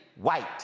white